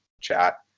chat